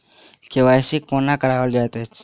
KYC कोना कराओल जाइत अछि?